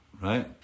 right